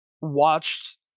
watched